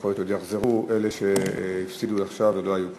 ויכול להיות שעוד יחזרו אלה שהפסידו עכשיו ולא היו פה.